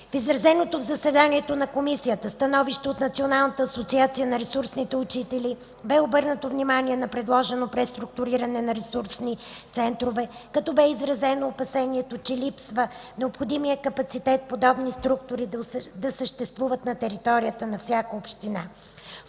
В изразеното в заседанието на Комисията становище от Националната асоциация на ресурсните учители бе обърнато внимание на предложеното преструктуриране на ресурсните центрове, като бе изразено опасението, че липсва необходимият капацитет подобни структури да съществуват на територията на всяка община.